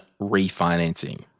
refinancing